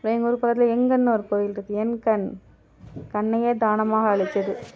எங்கள் ஊர் பக்கத்தில் எங்கண்னு ஒரு கோயில்ருக்கு என் கண் கண்ணையே தானமாக அளிச்சது